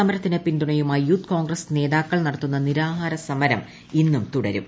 സമരത്തിന് പിന്തുണയുമായി യൂത്ത് കോൺഗ്രസ് നേതാക്കൾ നടത്തുന്ന നിരാഹാര സമരം ഇന്നും തുടരും